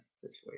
situation